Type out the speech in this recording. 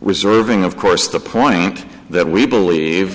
reserving of course the point that we believe